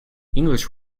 english